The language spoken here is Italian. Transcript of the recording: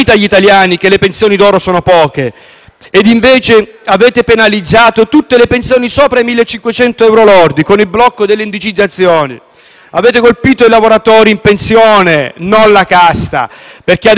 invece, avete penalizzato tutte le pensioni al di sopra dei 1.500 lordi con il blocco delle indicizzazioni. Avete colpito i lavoratori in pensione, non la casta, perché adesso siete diventati voi la casta.